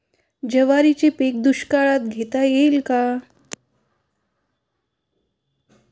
ज्वारीचे पीक दुष्काळात घेता येईल का?